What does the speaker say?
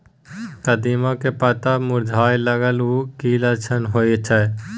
कदिम्मा के पत्ता मुरझाय लागल उ कि लक्षण होय छै?